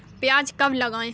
प्याज कब लगाएँ?